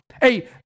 hey